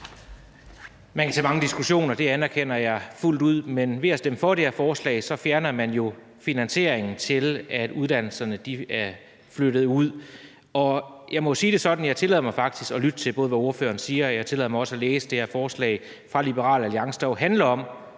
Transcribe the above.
Man kan tage mange diskussioner; det anerkender jeg fuldt ud. Men ved at stemme for det her forslag fjerner man jo finansieringen til, at uddannelserne er flyttet ud. Jeg må sige det sådan, at jeg faktisk tillader mig både at lytte til, hvad ordføreren siger, og at læse det her forslag fra Liberal Alliance, der jo handler om